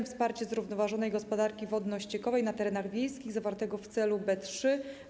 Wsparcie zrównoważonej gospodarki wodno-ściekowej na terenach wiejskich˝ zawartego w celu B3.